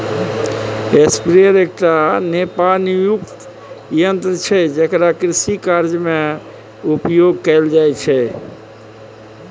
sprayer एकटा नोपानियुक्त यन्त्र छै जेकरा कृषिकार्यमे उपयोग कैल जाइत छै